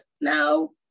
No